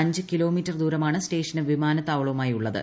അഞ്ച് കിലോമീറ്റർ ദൂരമാണ് സ്റ്റേഷനും വിമാനത്താവളവുമായുള്ളത്